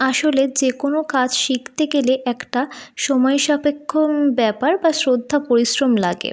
আসলে যে কোনো কাজ শিখতে গেলে একটা সময় সাপেক্ষ ব্যাপার বা শ্রদ্ধা পরিশ্রম লাগে